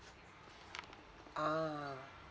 ah